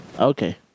Okay